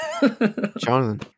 Jonathan